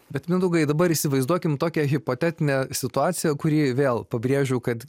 bet mindaugai dabar įsivaizduokim tokią hipotetinę situaciją kuri vėl pabrėžiu kad